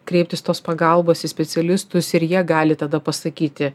kreiptis tos pagalbos į specialistus ir jie gali tada pasakyti